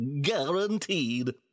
Guaranteed